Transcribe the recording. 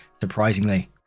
surprisingly